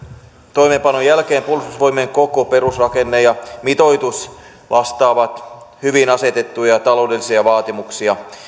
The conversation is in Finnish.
toimeenpanon jälkeen puolustusvoimien koko perusrakenne ja mitoitus hyvin vastaavat asetettuja taloudellisia vaatimuksia